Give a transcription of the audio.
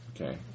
Okay